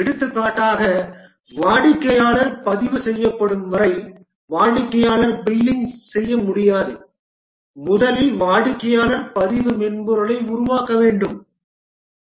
எடுத்துக்காட்டாக வாடிக்கையாளர் பதிவு செய்யப்படும் வரை வாடிக்கையாளர் பில்லிங் செய்ய முடியாது முதலில் வாடிக்கையாளர் பதிவு மென்பொருளை உருவாக்க வேண்டும்